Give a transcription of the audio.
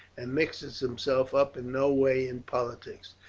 and mixes himself up in no way in politics,